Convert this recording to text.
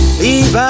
leave